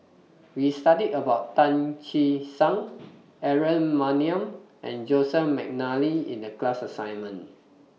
We studied about Tan Che Sang Aaron Maniam and Joseph Mcnally in The class assignment